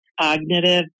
cognitive